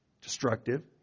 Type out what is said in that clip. destructive